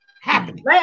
happening